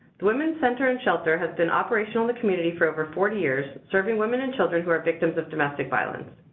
the women's center and shelter has been operational in the community for over forty years, serving women and children who are victims of domestic violence.